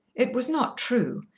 it was not true,